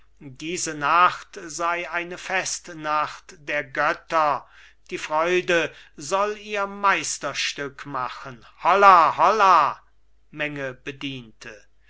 diese nacht sei eine festnacht der götter die freude soll ihr meisterstück machen holla holla menge bediente